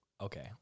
Okay